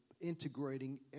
integrating